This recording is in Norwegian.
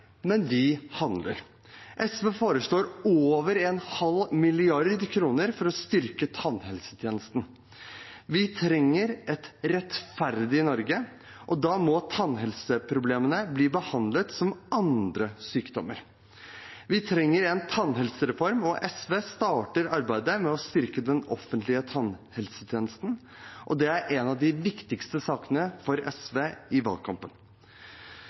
men vi handler. SV foreslår over en halv milliard kroner for å styrke tannhelsetjenesten. Vi trenger et rettferdig Norge, og da må tannhelseproblemene bli behandlet som andre sykdommer. Vi trenger en tannhelsereform, og SV starter arbeidet med å styrke den offentlige tannhelsetjenesten. Det er en av de viktigste sakene for SV i valgkampen.